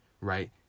right